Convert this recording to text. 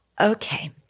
Okay